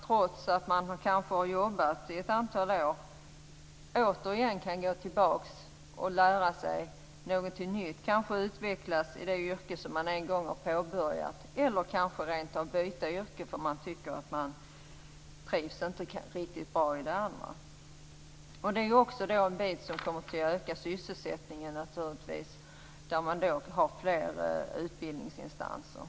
Trots att man har jobbat i ett antal år kan man återigen gå tillbaka och lära sig något nytt och utvecklas i det yrke som man en gång har påbörjat eller kanske rent av byta yrke därför att man tycker att man inte trivs riktigt bra i det man har. Det är också något som naturligtvis kommer att öka sysselsättningen och där man har fler utbildningsinsatser.